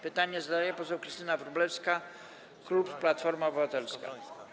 Pytanie zadaje poseł Krystyna Wróblewska, klub Platforma Obywatelska.